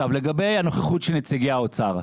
לגבי נוכחות נציגי האוצר.